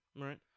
Right